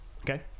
Okay